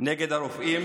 נגד הרופאים.